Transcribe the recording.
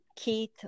Keith